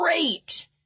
great